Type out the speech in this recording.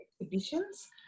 exhibitions